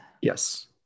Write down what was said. Yes